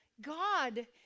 God